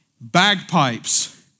Bagpipes